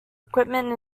equipment